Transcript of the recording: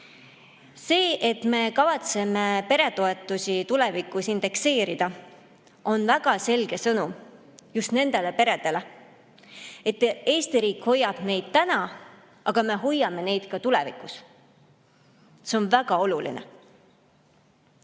See, et me kavatseme peretoetusi tulevikus indekseerida, on väga selge sõnum just nendele peredele, et Eesti riik hoiab neid täna, aga me hoiame neid ka tulevikus. See on väga oluline.